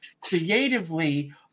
creatively